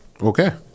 Okay